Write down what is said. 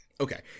Okay